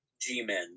G-Men